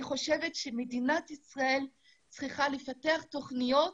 אני חושבת שמדינת ישראל צריכה לפתח תוכניות